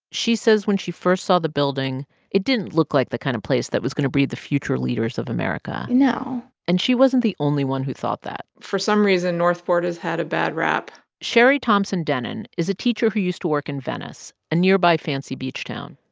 she says when she first saw the building it didn't look like the kind of place that was going to breed the future leaders of america no and she wasn't the only one who thought that for some reason, north port has had a bad rap cheri thompson dennen is a teacher who used to work in venice, a nearby fancy beach town.